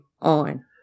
on